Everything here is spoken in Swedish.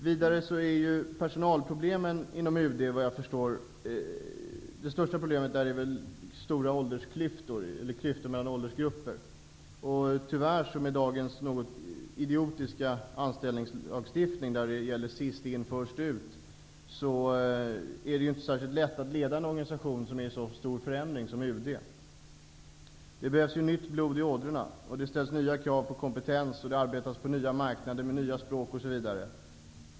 Vad jag kan förstå är det största personalproblemet inom UD stora klyftor mellan olika åldersgrupper. Med dagens något idiotiska anställningslagstiftning, där det gäller sist in -- först ut, är det inte särskilt lätt att leda en organisation som befinner sig i så stor förändring som UD. Det behövs nytt blod i ådrorna, det ställs nya krav på kompetens och det arbetas på nya marknader med nya språk osv.